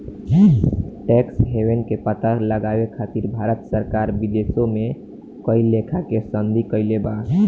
tax haven के पता लगावे खातिर भारत सरकार विदेशों में कई लेखा के संधि कईले बा